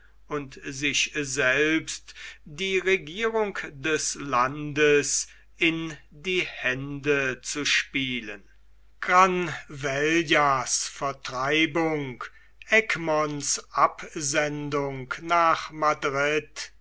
und sich selbst die regierung des landes in die hände zu spielen granvellas vertreibung egmonts absendung nach madrid